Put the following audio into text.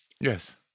yes